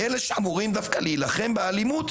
אלה שאמורים דווקא להילחם באלימות,